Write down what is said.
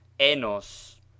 Enos